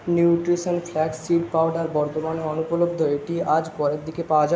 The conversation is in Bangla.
নিউট্রিশান ফ্ল্যাক্স সিড পাউডার বর্তমানে অনুপলব্ধ এটি আজ পরের দিকে পাওয়া যা